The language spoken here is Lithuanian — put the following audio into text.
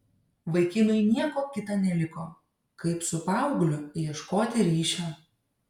vaikinui nieko kita neliko kaip su paaugliu ieškoti ryšio